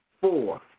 four